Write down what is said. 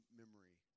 memory